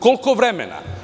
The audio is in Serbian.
Koliko vremena?